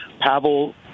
Pavel